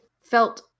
felt